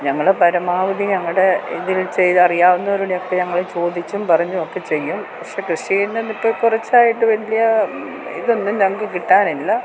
ഞങ്ങൾ പരമാവധി ഞങ്ങളുടെ ഇതിൽ ചെയ്യാൻ അറിയാവുന്നവരുടെയൊക്കെ ഞങ്ങൾ ചോദിച്ചും പറഞ്ഞും ഒക്കെ ചെയ്യും പക്ഷേ കൃഷിയേന്നതിലിപ്പോൾ കുറച്ചായിട്ട് വലിയ ഇതൊന്നും ഞങ്ങൾക്ക് കിട്ടാനില്ല